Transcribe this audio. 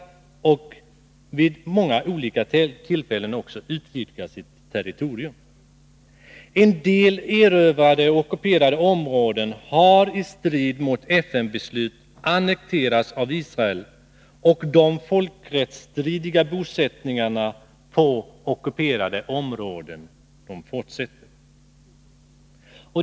Israel har också vid många tillfällen utvidgat sitt territorium. En del erövrade och ockuperade områden har i strid mot FN-beslutet annekterats av Israel, och de folkrättsstridiga bosättningarna på ockuperade områden fortsätter.